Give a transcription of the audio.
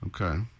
okay